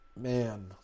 man